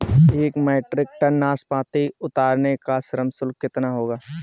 एक metric ton नाशपाती उतारने का श्रम शुल्क कितना होगा?